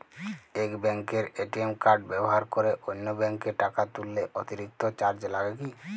এক ব্যাঙ্কের ATM card ব্যবহার করে অন্য ব্যঙ্কে টাকা তুললে অতিরিক্ত চার্জ লাগে কি?